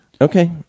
Okay